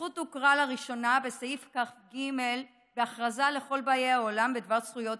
הזכות הוכרה לראשונה בסעיף כ"ג בהכרזה לכל באי העולם בדבר זכויות